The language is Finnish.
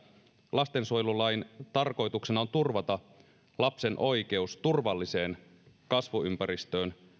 lastensuojelulain tarkoituksena on turvata lapsen oikeus turvalliseen kasvuympäristöön